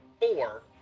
four